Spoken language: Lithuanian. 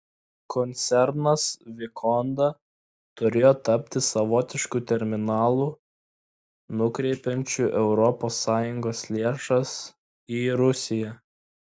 koncernas vikonda turėjo tapti savotišku terminalu nukreipiančiu europos sąjungos lėšas į rusiją